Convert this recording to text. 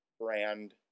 brand